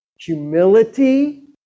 humility